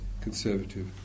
conservative